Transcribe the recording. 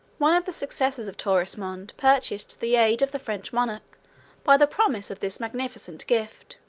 one of the successors of torismond purchased the aid of the french monarch by the promise of this magnificent gift.